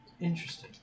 interesting